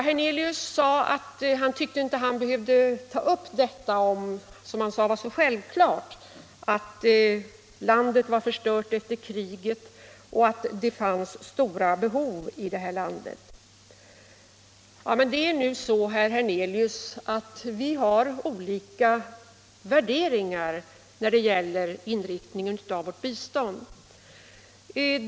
Han tyckte inte heller att han behövde ta upp detta att landet var förstört efter kriget och att det fanns stora behov i Vietman — det var ju självklart. Ja, det är nu så att det finns olika värderingar när det gäller inriktningen av vårt bistånd.